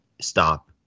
stop